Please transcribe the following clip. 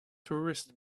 tourists